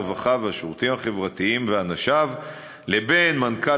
הרווחה והשירותים החברתיים ואנשיו לבין מנכ"ל